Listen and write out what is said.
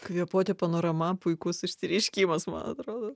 kvėpuoti panorama puikus išsireiškimas man atrodo